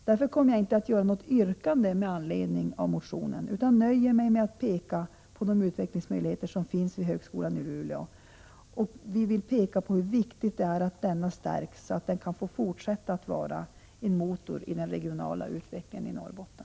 Därför kommer jag inte att göra något yrkande till förmån för motionen, utan nöjer mig med att peka på de utvecklingsmöjligheter som finns vid högskolan i Luleå och hur viktigt det är att denna stärks så att den kan fortsätta att vara en motor i den regionala utvecklingen av Norrbotten.